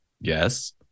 Yes